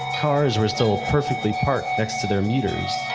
cars were still perfectly parked next to their meters.